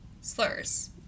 slurs